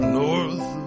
north